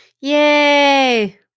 Yay